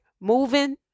moving